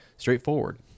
Straightforward